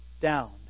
down